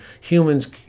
humans